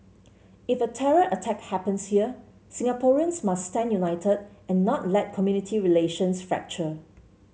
if a terror attack happens here Singaporeans must stand united and not let community relations fracture